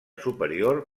superior